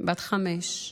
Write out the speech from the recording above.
בת חמש,